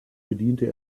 bediente